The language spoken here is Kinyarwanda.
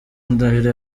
ndahiro